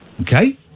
okay